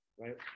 right